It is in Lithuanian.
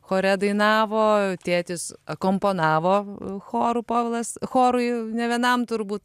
chore dainavo tėtis akompanavo chorų povilas chorui nė vienam turbūt